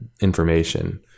information